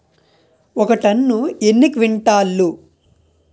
ఒక టన్ను ఎన్ని క్వింటాల్లు?